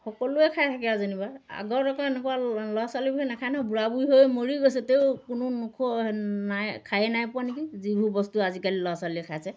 সকলোৱে খাই থাকে আৰু যেনিবা আগৰ আকৌ এনেকুৱা ল'ৰা ছোৱালীবোৰে নাখায় নহয় বুঢ়া বুঢ়ী হৈ মৰি গৈছে তেওঁ কোনো নোখোৱা নাই খায়ে নাই পোৱা নেকি যিবোৰ বস্তু আজিকালি ল'ৰা ছোৱালীয়ে খাইছে